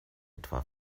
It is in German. etwa